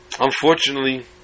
Unfortunately